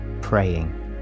praying